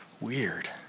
weird